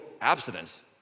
abstinence